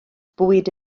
bwyd